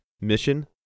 mission